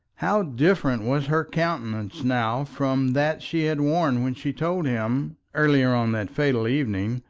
how different was her countenance now from that she had worn when she told him, earlier on that fatal evening,